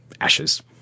Ashes